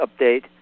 update